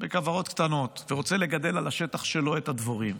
בכוורות קטנות ורוצה לגדל על השטח שלו את הדבורים,